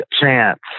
chance